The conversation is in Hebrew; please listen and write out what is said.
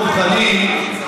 דב חנין,